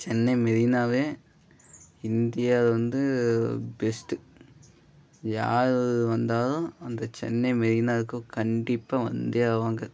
சென்னை மெரினாவே இந்தியாவில் வந்து பெஸ்ட்டு யார் வந்தாலும் அந்த சென்னை மெரினாவுக்கு கண்டிப்பாக வந்தே ஆவாங்க